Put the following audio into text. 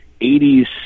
80s